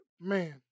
man